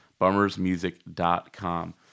bummersmusic.com